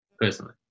personally